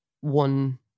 one